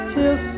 Till